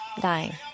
dying